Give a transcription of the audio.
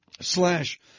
slash